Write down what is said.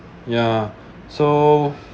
ya so